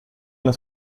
las